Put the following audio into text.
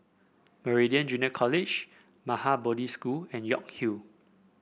Meridian Junior College Maha Bodhi School and York Hill